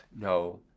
no